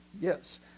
yes